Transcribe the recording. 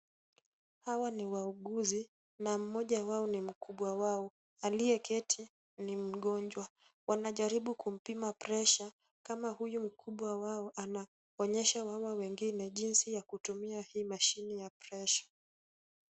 Hawa ni wauguzi na mmoja wao ni mkubwa wao aliyeketi ni mgonjwa wanajaribu kumpima presha . Kama huyu mkubwa wao anaonyesha mama mwengine jinsi ya kutumia hii mashine ya presha .